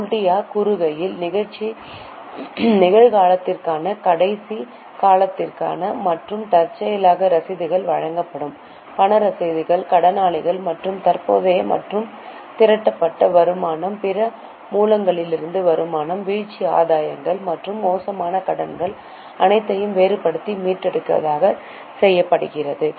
கௌடில்யா கூறுகையில்நிகழ்களத்திற்காகவும் கடைசி காலத்திற்கான மற்றும் தற்செயலாக ரசீதுகள் வகைப்படுத்தப்பட்டு பண ரசீதுகள் கடனாளிகள் மற்றும் தற்போதைய மற்றும் திரட்டப்பட்ட வருமானம் பிற மூலங்களிலிருந்து வருமானம் வீழ்ச்சி ஆதாயங்கள் மற்றும் மோசமான கடன்களை அனைத்தையும் வேறுபடுத்தி மீட்டெடுப்பதுகாக செய்யப்படுகிறது